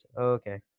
Okay